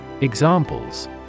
Examples